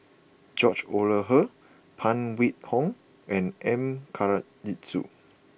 George Oehlers Phan Wait Hong and M Karthigesu